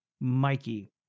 Mikey